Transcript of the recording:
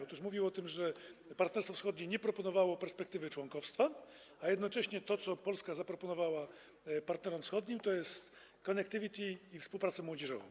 Otóż mówił o tym, że Partnerstwo Wschodnie nie proponowało perspektywy członkostwa, a jednocześnie to, co Polska zaproponowała partnerom wschodnim - connectivity i współpraca młodzieżowa.